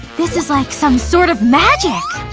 this is like some sort of magic!